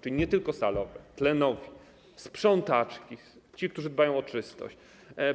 Czyli nie tylko są to salowe, tlenowi, sprzątaczki, ci, którzy dbają o czystość,